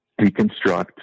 deconstruct